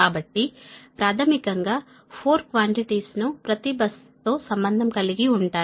కాబట్టి ప్రాథమికం గా 4 క్వాన్టిటీస్ ప్రతి బస్సు తో సంబంధం కలిగి ఉంటాయి